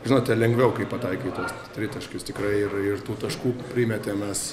žinote lengviau kai pataikai tuos tritaškius tikrai ir ir tų taškų primetėm mes